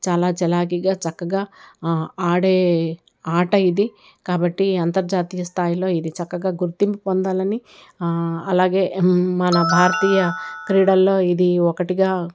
చాలా చలాకీగా చక్కగా ఆడే ఆట ఇది కాబట్టి అంతర్జాతీయ స్థాయిలో ఇది చక్కగా గుర్తింపు పొందాలని అలాగే మన భారతీయ క్రీడల్లో ఇది ఒకటిగా